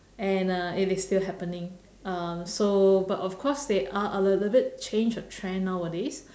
and uh it is still happening uh so but of course they are a little bit change of trend nowadays